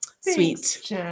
Sweet